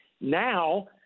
Now